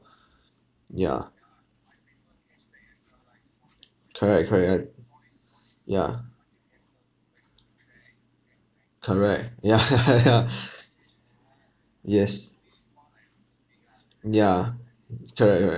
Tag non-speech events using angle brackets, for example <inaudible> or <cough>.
yeah <noise> correct correct that's yeah correct <laughs> ya ya yes mm yeah correct correct